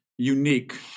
unique